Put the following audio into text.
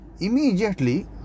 Immediately